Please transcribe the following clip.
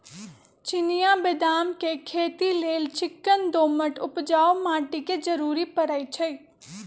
चिनियाँ बेदाम के खेती लेल चिक्कन दोमट उपजाऊ माटी के जरूरी पड़इ छइ